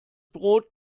brot